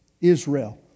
Israel